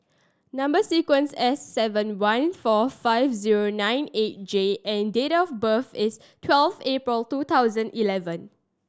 number sequence S seven one four five zero nine eight J and date of birth is twelve April two thousand eleven